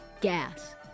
gas